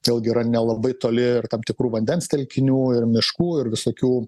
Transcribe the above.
vėl gi yra nelabai toli ir tam tikrų vandens telkinių ir miškų ir visokių